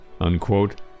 unquote